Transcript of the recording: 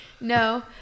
no